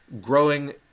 Growing